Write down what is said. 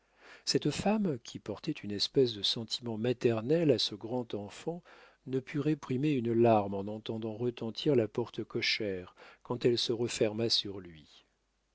cette femme qui portait une espèce de sentiment maternel à ce grand enfant ne put réprimer une larme en entendant retentir la porte cochère quand elle se referma sur lui